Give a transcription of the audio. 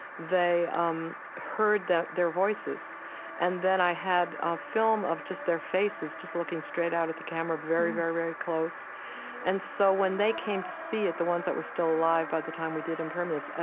they um heard their voices and then i had a film of just their faces just looking straight out at the camera very, very, very close and so when they came to see it, the ones that were still alive by the time we did impermanence, ah